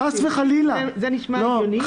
זה נשמע הגיוני?